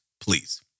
please